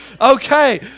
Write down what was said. Okay